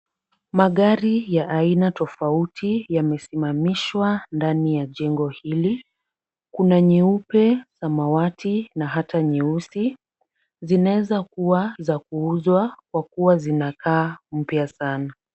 Magari ya aina tofauti yamesimamishwa ndani ya jengo hili. Kuna nyeupe, samawati na hata nyeusi. Zinaweza kuwa za kuuzwa kwa kuwa zinakaa mpya sana.